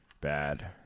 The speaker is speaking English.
bad